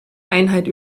einheit